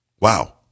Wow